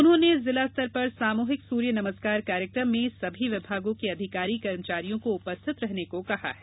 उन्होंने जिला स्तर पर सामूहिक सूर्य नमस्कार कार्यक्रम में सभी विभागों के अधिकारी कर्मचारियों को उपस्थित रहने को कहा है